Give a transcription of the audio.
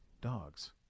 dogs